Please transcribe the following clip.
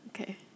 okay